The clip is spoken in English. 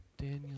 Daniel